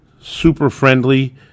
super-friendly